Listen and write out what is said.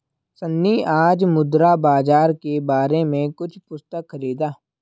सन्नी आज मुद्रा बाजार के बारे में कुछ पुस्तक खरीदा